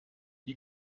die